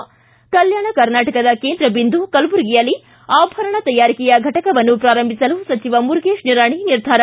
ಿ ಕಲ್ಲಾಣ ಕರ್ನಾಟಕದ ಕೇಂದ್ರ ಬಿಂದು ಕಲಬುರಗಿಯಲ್ಲಿ ಆಭರಣ ತಯಾರಿಕೆಯ ಫಟಕವನ್ನು ಪೂರಂಭಿಸಲು ಸಚಿವ ಮುರುಗೇಶ್ ನಿರಾಣಿ ನಿರ್ಧಾರ